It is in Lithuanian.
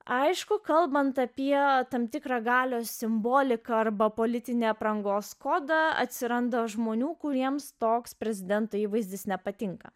aišku kalbant apie tam tikrą galios simboliką arba politinę aprangos kodą atsiranda žmonių kuriems toks prezidento įvaizdis nepatinka